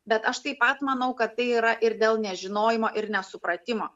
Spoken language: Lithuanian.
bet aš taip pat manau kad tai yra ir dėl nežinojimo ir nesupratimo